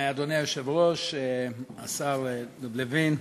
אדוני היושב-ראש, השר לוין,